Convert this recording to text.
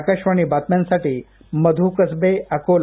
आकाशवाणी बातम्यांसाठी मधु कसबे अकोला